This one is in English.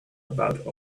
about